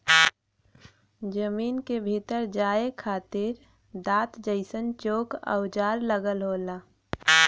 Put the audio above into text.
जमीन के भीतर जाये खातिर दांत जइसन चोक औजार लगल होला